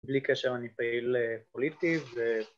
בלי קשר, אני פעיל פוליטי.